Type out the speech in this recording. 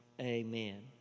amen